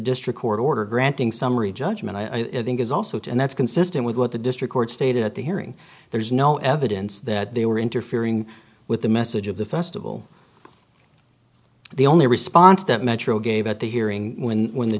district court order granting summary judgment i think is also and that's consistent with what the district court stated at the hearing there is no evidence that they were interfering with the message of the festival the only response that metro gave at the hearing when the